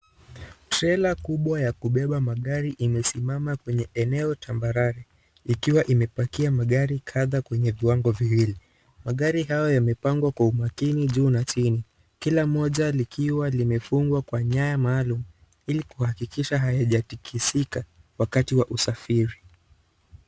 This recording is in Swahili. Trela kubwa ya kubeba magari imesimama kwenye eneo tambarare ,ikiwa imebakia magari kadha kwenye viwango viwili. Magari haya yamepangwa kwa umakini juu na chini. Kila moja likiwa limefungwa kwa nyaya maalum ili kuhakikisha hayajatikisika wakati wa usafiri.